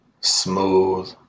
smooth